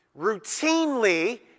routinely